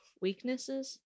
weaknesses